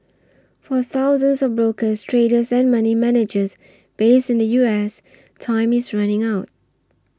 for thousands of brokers traders and money managers based in the U S time is running out